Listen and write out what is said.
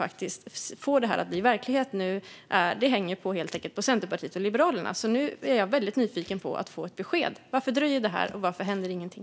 Att detta kan bli verklighet hänger nu helt enkelt på Centerpartiet och Liberalerna. Så nu är jag väldigt nyfiken och vill ha ett besked: Varför dröjer detta, och varför händer ingenting?